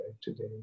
today